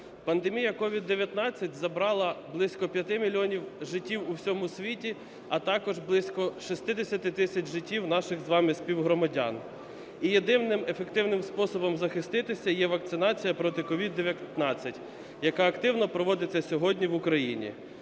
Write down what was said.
Пандемія COVID-19 забрала близько 5 мільйонів життів в усьому світі, а також близько 60 тисяч життів наших з вами співгромадян. І єдиним ефективним способом захиститися є вакцинація проти COVID-19, яка активно проводиться сьогодні в Україні.